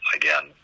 again